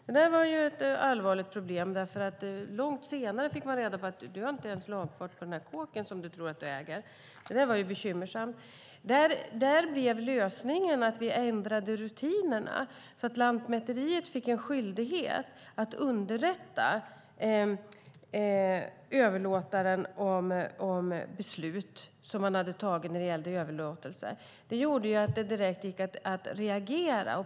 Det här var ett allvarligt problem. Långt senare fick man nämligen reda på att man inte hade lagfart på den kåk som man trodde att man ägde. Det var bekymmersamt. Där blev lösningen att vi ändrade rutinerna. Lantmäteriet fick en skyldighet att underrätta överlåtaren om beslut som man hade tagit när det gällde överlåtelse. Det gjorde att det direkt gick att reagera.